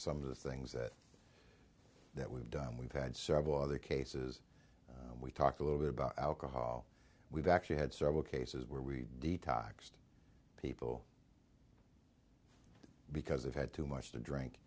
some of the things that that we've done we've had several other cases we've talked a little bit about alcohol we've actually had several cases where we detoxed people because they've had too much to drink